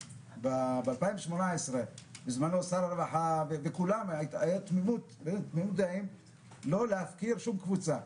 ב-2018 הייתה תמימות דעים בין שר הרווחה וכולם לא להפקיר שום קבוצה.